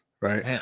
right